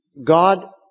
God